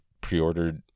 pre-ordered